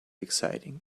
exciting